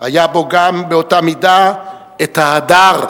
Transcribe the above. היה בו גם, באותה מידה, ה"הדר".